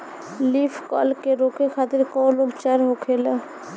Leaf curl के रोके खातिर कउन उपचार होखेला?